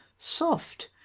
soft!